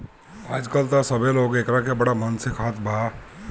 आजकल त सभे लोग एकरा के बड़ा मन से खात बा